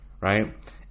right